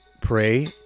pray